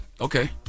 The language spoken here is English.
Okay